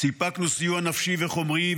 סיפקנו סיוע נפשי וחומרי,